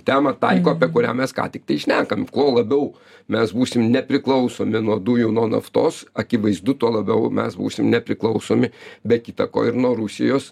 temą taiko apie kurią mes ką tik tai šnekam kuo labiau mes būsim nepriklausomi nuo dujų nuo naftos akivaizdu tuo labiau mes būsim nepriklausomi be kita ko ir nuo rusijos